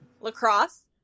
Lacrosse